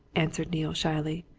answered neale shyly.